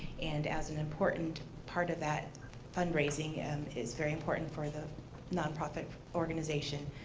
and as an important part of that fundraising and is very important for the non-profit organization.